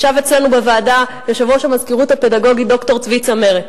ישב אצלנו בוועדה יושב-ראש המזכירות הפדגוגית ד"ר צבי צמרת,